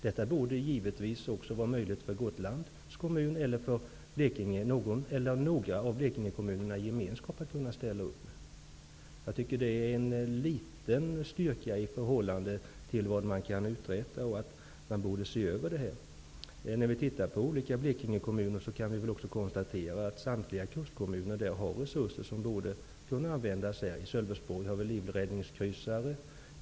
Detta borde givetvis också vara möjligt för Gotlands kommun och för någon kommun, eller några kommuner i gemenskap, i Blekinge att ställa upp med. Styrkan är liten i förhållande till vad som kan uträttas, och detta borde ses över. Vi kan också konstatera att samtliga Blekinges kustkommuner har resurser som borde kunna användas. I Sölvesborg finns det livräddningskryssare.